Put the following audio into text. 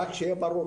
רק שיהיה ברור.